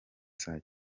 saa